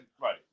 Right